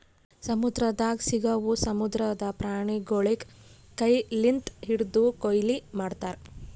ಸಮುದ್ರದಾಗ್ ಸಿಗವು ಸಮುದ್ರದ ಪ್ರಾಣಿಗೊಳಿಗ್ ಕೈ ಲಿಂತ್ ಹಿಡ್ದು ಕೊಯ್ಲಿ ಮಾಡ್ತಾರ್